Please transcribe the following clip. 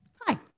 Hi